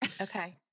Okay